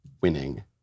winning